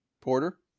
Porter